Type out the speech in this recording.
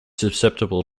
susceptible